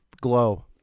glow